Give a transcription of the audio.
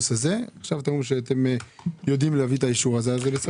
עכשיו אתם אומרים שאתם יודעים להביא את האישור הזה.